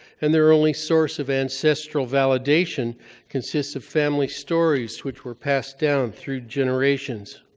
and their only source of ancestral validation consists of family stories, which were passed down through generations.